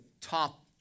top